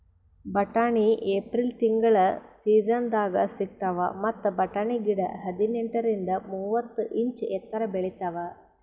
ಬಟಾಣಿ ಏಪ್ರಿಲ್ ತಿಂಗಳ್ ಸೀಸನ್ದಾಗ್ ಸಿಗ್ತಾವ್ ಮತ್ತ್ ಬಟಾಣಿ ಗಿಡ ಹದಿನೆಂಟರಿಂದ್ ಮೂವತ್ತ್ ಇಂಚ್ ಎತ್ತರ್ ಬೆಳಿತಾವ್